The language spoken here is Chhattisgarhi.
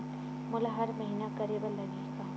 मोला हर महीना करे बर लगही का?